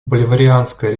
боливарианская